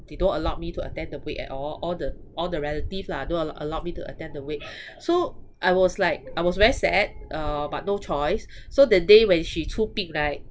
they don't allowed me to attend the wake at all all the all the relative lah don't allow allowed me to attend the wake so I was like I was very sad uh but no choice so the day when she 出殡 right